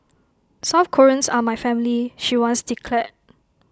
South Koreans are my family she once declared